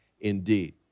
indeed